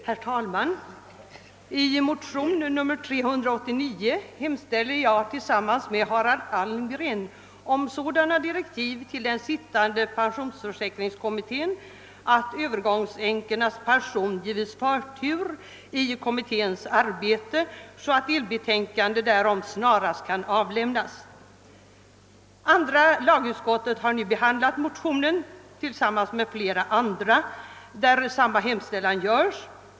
Herr talman! I motionen 11:389 hemställer jag tillsammans med herr Almgren om sådana direktiv till den sittande pensionsförsäkringskommittén, att övergångsänkornas pension ges förtur 1 kommitténs arbete, så att delbetänkande därom snarast kan avlämnas. Andra lagutskottet har nu behandlat motionen tillsammans med flera andra i vilka samma hemställan görs.